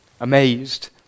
amazed